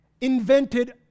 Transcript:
invented